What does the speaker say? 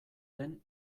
den